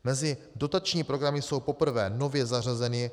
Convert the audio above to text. Mezi dotační programy jsou poprvé nově zařazeny: